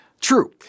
True